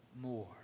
more